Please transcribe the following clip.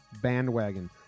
bandwagon